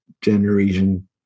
generation